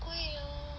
贵 ah